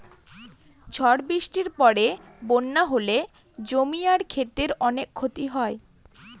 ঝড় বৃষ্টির পরে বন্যা হলে জমি আর ক্ষেতের অনেক ক্ষতি হয়